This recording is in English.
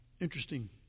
Interesting